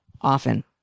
often